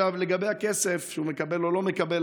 לגבי הכסף שהוא מקבל או לא מקבל,